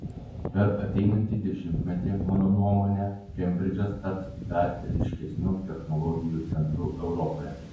per ateinantį dešimtmetį mano nuomone kembridžas taps dar ryškesniu technologijų centru europoje